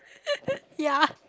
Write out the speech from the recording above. ya